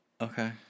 Okay